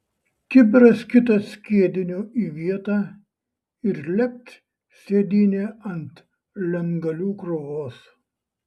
kibiras kitas skiedinio į vietą ir lept sėdynę ant lentgalių krūvos